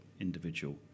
individual